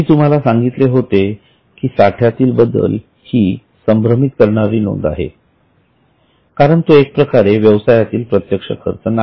मी तुम्हाला सांगितले होते की साठ्यातील बदल ही संभ्रमित करणारी नोंद आहे कारण तो एक प्रकारे व्यवसायातील प्रत्यक्ष खर्च नाही